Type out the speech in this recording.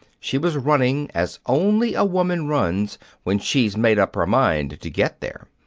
she was running as only a woman runs when she's made up her mind to get there.